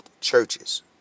churches